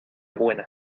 buena